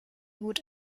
gut